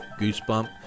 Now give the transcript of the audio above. goosebump